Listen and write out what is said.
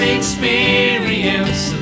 experience